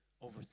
over